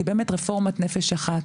כי באמת רפורמת "נפש אחת"